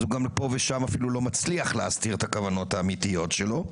אז הוא פה ושם אפילו לא מצליח להסתיר את הכוונות האמיתיות שלו.